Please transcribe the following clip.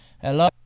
hello